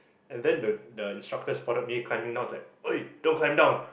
and then the the instructor spotted me climbing down it was like !oi! don't climb down